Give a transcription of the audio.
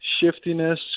shiftiness